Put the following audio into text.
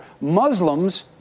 Muslims